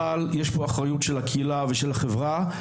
אבל יש פה אחריות של הקהילה ושל החברה,